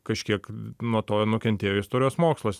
kažkiek nuo to nukentėjo istorijos mokslas